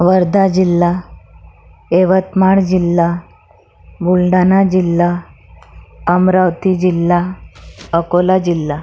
वर्धा जिल्हा यवतमाळ जिल्हा बुलढाणा जिल्हा अमरावती जिल्हा अकोला जिल्हा